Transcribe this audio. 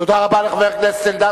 תודה רבה לחבר הכנסת אלדד.